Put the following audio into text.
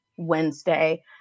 Wednesday